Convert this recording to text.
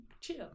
chill